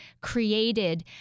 created